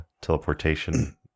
teleportation